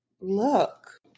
look